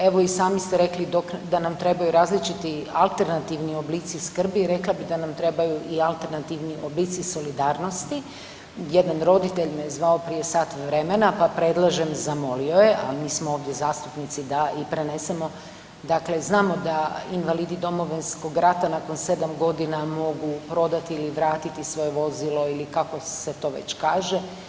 Evo i sami ste rekli dok, da nam trebaju različiti alternativni oblici skrbi i rekla bi da nam trebaju i alternativni oblici solidarnosti, jedan roditelj me zvao prije sat vremena, pa predlažem, zamolio je, a mi smo ovdje zastupnici da i prenesemo dakle, znamo da invalidi Domovinskog rata nakon 7 godina mogu prodati ili vratiti svoje vozilo ili kako se to već kaže.